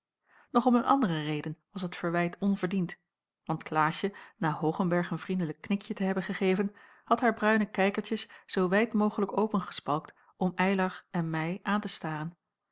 nog om een andere reden was het verwijt onverdiend want klaasje na hoogenberg een vriendelijk knikje te hebben gegeven had haar bruine kijkertjes zoo wijd mogelijk opengespalkt om eylar en mij aan te staren